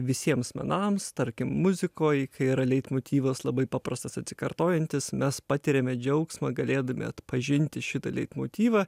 visiems menams tarkim muzikoj kai yra leitmotyvas labai paprastas atsikartojantis mes patiriame džiaugsmą galėdami atpažinti šitą leitmotyvą